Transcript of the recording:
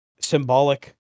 symbolic